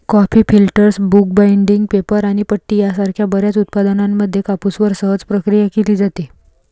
coffee filters, book binding, paper आणि पट्टी यासारख्या बर्याच उत्पादनांमध्ये कापूसवर सहज प्रक्रिया केली जाते